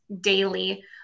daily